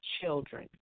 children